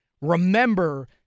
Remember